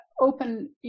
open